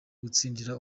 gutsindira